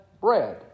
bread